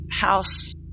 house